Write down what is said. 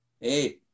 hey